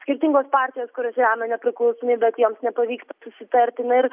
skirtingos partijos kurios remia nepriklausomybę jiems nepavyksta susitarti na ir